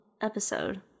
episode